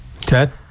Ted